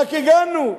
רק הגענו,